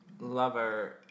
lover